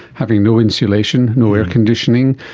having no installation, no air conditioning,